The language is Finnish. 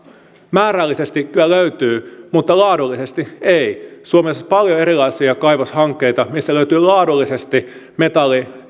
määrällisesti kyllä löytyy mutta laadullisesti ei suomessa on paljon erilaisia kaivoshankkeita missä löytyy laadullisesti